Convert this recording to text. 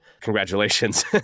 congratulations